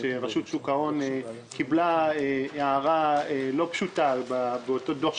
רשות שוק ההון קיבלה הערה לא פשוטה באותו דוח,